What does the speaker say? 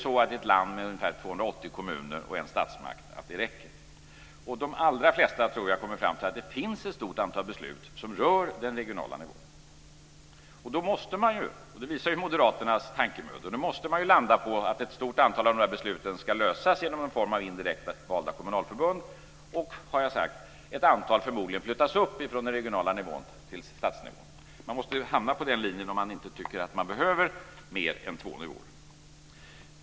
Räcker det i ett land med ungefär 280 kommuner och en statsmakt? Jag tror att de allra flesta kommer fram till att det finns ett stort antal beslut som rör den regionala nivån. Då måste man - det visar Moderaternas tankemödor - landa i att ett stort antal av de besluten ska lösas genom en form av indirekt valda kommunalförbund och, som jag sagt, genom att ett antal frågor förmodligen flyttas upp från den regionala nivån till statsnivån. Man måste ju hamna på den linjen om man inte tycker att det behövs mer än två nivåer.